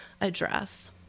address